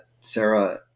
Sarah